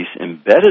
embedded